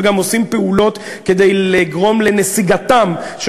וגם עושים פעולות כדי לגרום לנסיגתם של